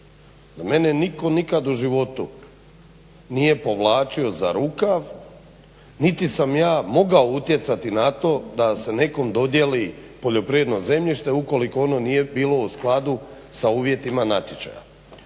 mene nitko nikad u životu nije povlačio za rukav niti sam ja mogao utjecati na to da se nekom dodjeli poljoprivredno zemljište ukoliko ono nije bilo u skladu sa uvjetima natječaja.